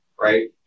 right